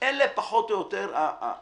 אלה פחות או יותר המסגרות.